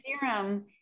serum